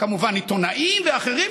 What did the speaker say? כמובן עיתונאים ואחרים,